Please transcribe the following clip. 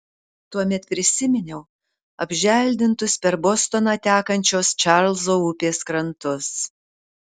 tuomet prisiminiau apželdintus per bostoną tekančios čarlzo upės krantus